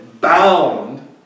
bound